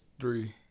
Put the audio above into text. Three